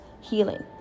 healing